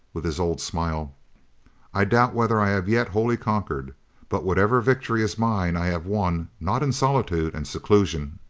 with his old smile i doubt whether i have yet wholly conquered but whatever victory is mine, i have won, not in solitude and seclusion,